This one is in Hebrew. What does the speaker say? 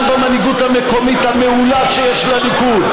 גם במנהיגות המקומית המעולה שיש לליכוד,